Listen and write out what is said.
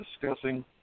discussing